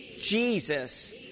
Jesus